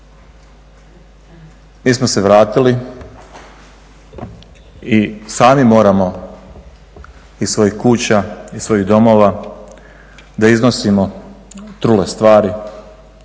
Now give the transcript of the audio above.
Mi smo se vratili i sami moramo iz svojih kuća, iz svojih domova da iznosimo trule stvari,